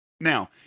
now